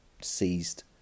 seized